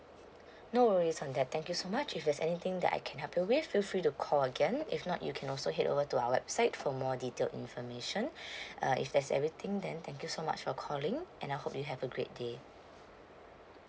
no worry on that thank you so much if there's anything that I can help you with feel free to call again if not you can also head over to our website for more detailed information uh if there's everything then thank you so much for calling and hope you have a great day